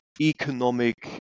economic